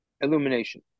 illumination